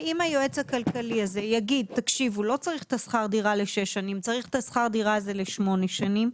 ואם היועץ הכלכלי הזה יגיד שלא צריך את שכר הדירה לשש שנים,